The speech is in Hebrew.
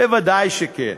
ודאי שכן.